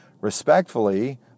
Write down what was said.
respectfully